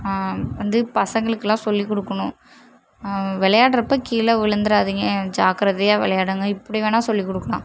வந்து பசங்களுக்குலாம் சொல்லி கொடுக்குணும் விளையாடுறப்போ கீழே விழந்துறாதிங்க ஜாக்கரதையாக விளையாடுங்க இப்படி வேணா சொல்லி கொடுக்குலாம்